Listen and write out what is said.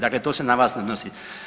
Dakle to se na vas ne odnosi.